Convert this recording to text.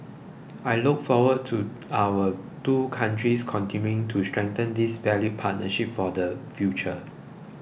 I look forward to our two countries continuing to strengthen this valued partnership for the future